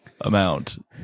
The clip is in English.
amount